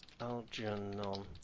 Algernon